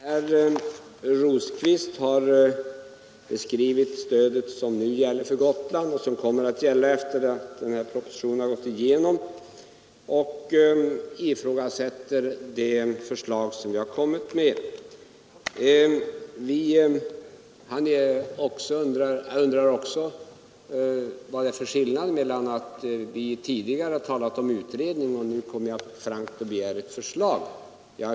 Herr talman! Herr Rosqvist har beskrivit det stöd som nu gäller för Gotland och det som kommer att gälla sedan propositionen antagits av riksdagen och ställer sig frågande till det förslag som reservanterna har lagt fram. Han undrar också över att vi tidigare har talat om en utredning, medan jag nu helt frankt begär ett förslag från Kungl. Maj:t.